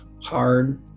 hard